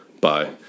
Bye